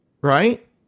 Right